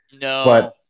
No